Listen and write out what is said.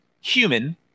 human